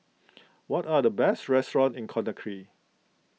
what are the best restaurants in Conakry